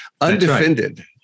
Undefended